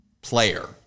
Player